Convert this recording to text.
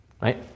right